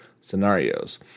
scenarios